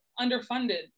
underfunded